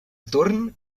torn